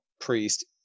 priest